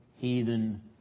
heathen